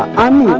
am